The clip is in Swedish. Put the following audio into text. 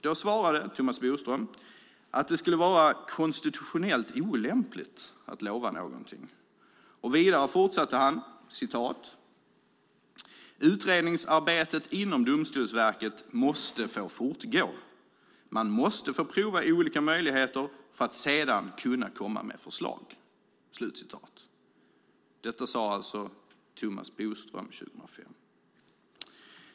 Då svarade Thomas Bodström att det skulle vara konstitutionellt olämpligt att lova någonting. Han fortsatte vidare: "Utredningsarbetet inom Domstolsverket måste få fortgå. Man måste få prova olika möjligheter för att sedan kunna komma med förslag." Detta sade Thomas Bodström 2005.